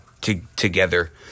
together